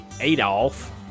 Adolf